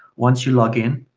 once you log in,